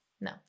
No